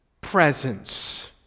presence